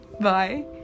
Bye